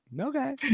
Okay